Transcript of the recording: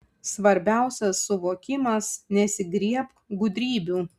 svarbiausias suvokimas nesigriebk gudrybių